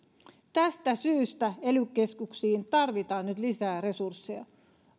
tästä syystä ely keskuksiin tarvitaan nyt lisää resursseja